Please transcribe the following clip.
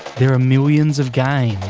there are millions of games,